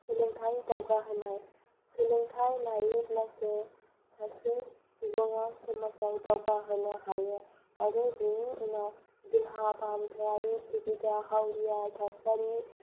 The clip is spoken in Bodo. सोलोंथाय दावगाहोनाय सोलोंथाय लायोब्लासो सासे सुबुङा समाजाव दावगाहोनो हायो आरो बेनि उनाव देहा फाहामथायारि सुबिदा हावरिया थासारि